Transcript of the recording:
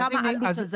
כמה העלות?